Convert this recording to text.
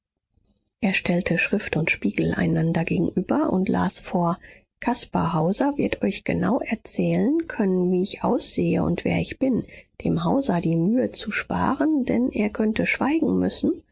er stellte schrift und spiegel einander gegenüber und las vor caspar hauser wird euch genau erzählen können wie ich aussehe und wer ich bin dem hauser die mühe zu sparen denn er könnte schweigen müssen